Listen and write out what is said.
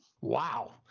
Wow